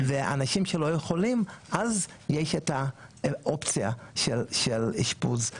ואנשים שלא יכולים אז יש את האופציה של אשפוז.